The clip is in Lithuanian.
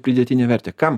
pridėtinę vertę kam